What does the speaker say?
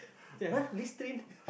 say !huh! Listerine